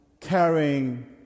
carrying